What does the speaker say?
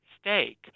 steak